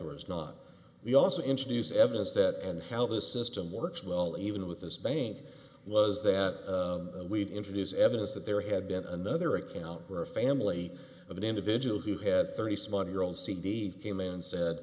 was not we also introduce evidence that and how this system works well even with this bank was that we'd introduce evidence that there had been another account where a family of an individual who had thirty some odd year old c d s came in and said